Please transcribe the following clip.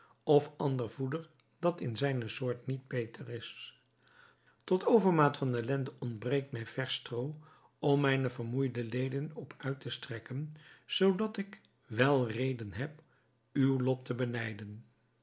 of ander voeder dat in zijne soort niet beter is tot overmaat van ellende ontbreekt mij versch stroo om mijne vermoeide leden op uit te strekken zoodat ik wel reden heb uw lot te